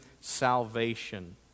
salvation